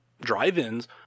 drive-ins